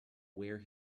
wear